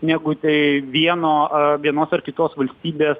negu tai vieno vienos ar kitos valstybės